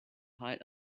height